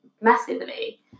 massively